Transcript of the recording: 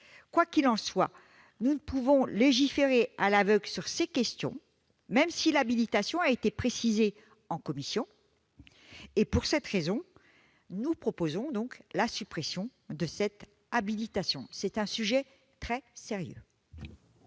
Quoi qu'il en soit, nous ne pouvons légiférer à l'aveugle sur ces questions, même si le champ de l'habilitation a été précisé en commission. Pour cette raison, nous proposons la suppression de cette habilitation. C'est un sujet très sérieux